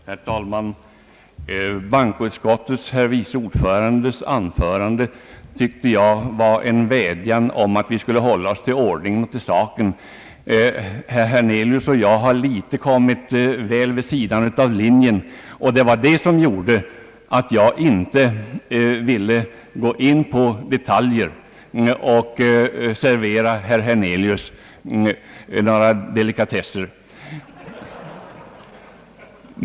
Herr talman! Det anförande som bankoutskottets vice ordförande höll tyckte jag var en vädjan om att vi skulle hålla oss till ordningen och till saken. Herr Hernelius och jag har kommit litet vid sidan av linjen, och det var det som gjorde att jag inte ville gå in på detaljer och servera herr Hernelius några delikatesser.